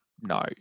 No